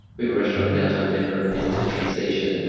we have a restaurant in downtown denver and it's at a train station.